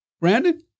Brandon